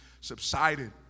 subsided